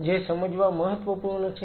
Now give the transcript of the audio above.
જે સમજવા મહત્વપૂર્ણ છે